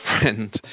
friend